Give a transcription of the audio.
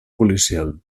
policial